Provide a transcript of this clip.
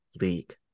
league